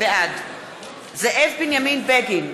בעד זאב בנימין בגין,